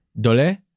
Dole